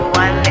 one